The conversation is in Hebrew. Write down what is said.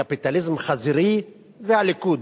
קפיטליזם חזירי, זה הליכוד.